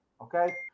Okay